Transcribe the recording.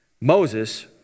Moses